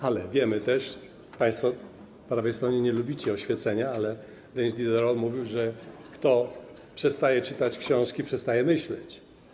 Ale wiemy też - państwo po prawej stronie nie lubicie Oświecenia - że Denis Diderot mówił, że kto przestaje czytać książki, przestaje myśleć.